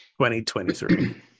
2023